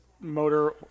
motor